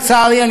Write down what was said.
לצערי,